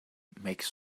makes